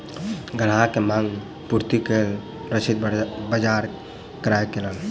ग्राहक के मांग पूर्तिक लेल लक्षित बाजार कार्य केलक